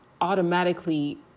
automatically